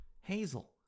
hazel